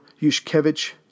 Yushkevich